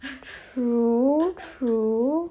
true true